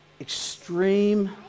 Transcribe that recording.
extreme